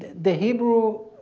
the hebrew,